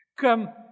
come